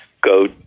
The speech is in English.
go